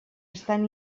estan